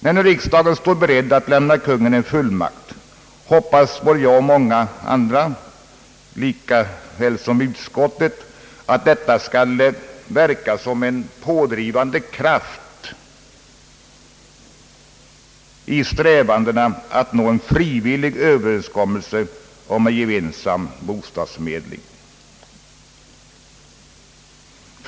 När riksdagen nu står beredd att lämna Kungl. Maj:t en fullmakt hoppas jag och många andra, liksom utskottet, att detta skall verka som en pådrivande kraft i strävandena att nå en frivillig överenskommelse om en gemensam bostadsförmedling.